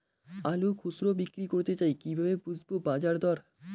আলু খুচরো বিক্রি করতে চাই কিভাবে বুঝবো বাজার দর?